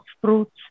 fruits